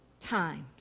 times